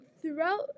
throughout